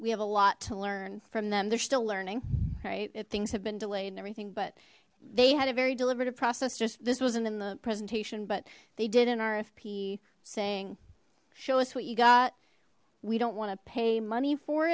we have a lot to learn from them they're still learning right things have been delayed and everything but they had a very deliberative process just this wasn't in the presentation but they did an rfp saying show us what you got we don't want to pay money for